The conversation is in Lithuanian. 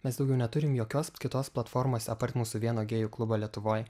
mes daugiau neturim jokios kitos platformos apart mūsų vieno gėjų klubo lietuvoj